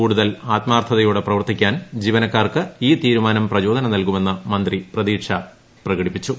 കൂടുതൽ ആത്മാർത്ഥതയോടെ പ്രവർത്തിക്കാൻ ജീവനക്കാർക്ക് ഈ തീരുമാനം പ്രചോദനം നൽകുമെന്ന് മന്ത്രി പ്രതീക്ഷ പ്രകടിപ്പിച്ചു